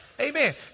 Amen